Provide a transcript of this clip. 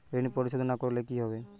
ঋণ পরিশোধ না করলে কি হবে?